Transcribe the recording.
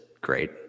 great